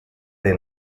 the